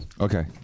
Okay